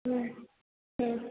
हं हं